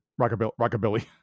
rockabilly